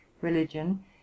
religion